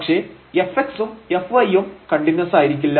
പക്ഷേ fx ഉം fy യും കണ്ടിന്യൂസ് ആയിരിക്കില്ല